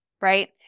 Right